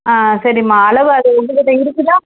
ஆ சரிம்மா அளவு அது உங்கள்கிட்ட இருக்குதா